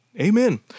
Amen